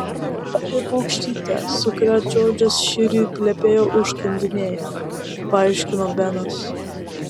apie paukštytę su kuria džordžas šįryt plepėjo užkandinėje paaiškino benas